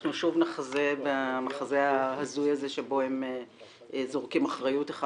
אנחנו שוב נחזה במחזה ההזוי הזה שבו הם זורקים אחריות אחד